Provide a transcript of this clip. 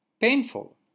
painful